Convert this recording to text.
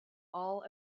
all